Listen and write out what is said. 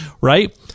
right